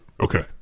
Okay